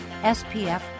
SPF